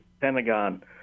Pentagon